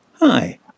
Hi